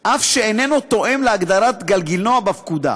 אף שאיננו תואם את הגדרות גלגינוע בפקודה.